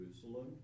Jerusalem